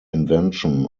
invention